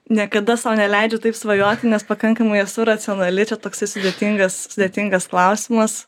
niekada sau neleidžiu taip svajoti nes pakankamai esu racionali čia toksai sudėtingas sudėtingas klausimas